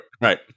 Right